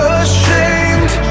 ashamed